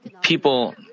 people